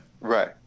Right